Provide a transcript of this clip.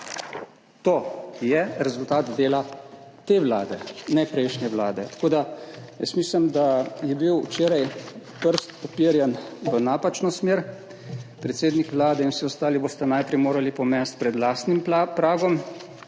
To je rezultat dela te vlade, ne prejšnje vlade. Tako da jaz mislim, da je bil včeraj prst uperjen v napačno smer. Predsednik Vlade in vsi ostali boste najprej morali pomesti pred lastnim pragom